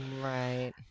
right